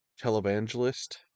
Televangelist